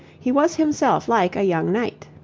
he was himself like a young knight,